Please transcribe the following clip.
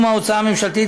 לסכום ההוצאה הממשלתית,